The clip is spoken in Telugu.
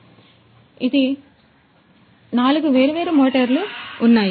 కాబట్టి ఇలా నాలుగు వేర్వేరు మోటార్లు ఉన్నాయి